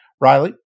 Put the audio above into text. Riley